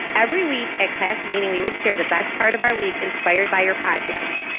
every week, at class meeting, we would share the best part of our week inspired by your podcast.